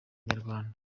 inyarwanda